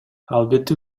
албетте